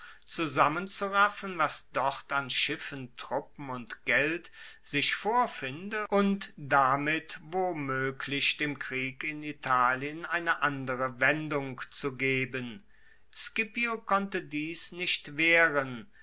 zusammenzuraffen was dort an schiffen truppen und geld sich vorfinde und damit womoeglich dem krieg in italien eine andere wendung zu geben scipio konnte dies nicht wehren